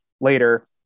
later